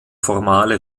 formale